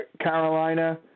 Carolina